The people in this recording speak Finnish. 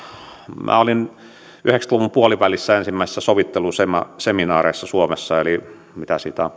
minä olin yhdeksänkymmentä luvun puolivälissä ensimmäisissä sovitteluseminaareissa suomessa eli siitä on